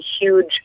huge